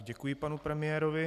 Děkuji panu premiérovi.